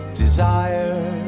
desire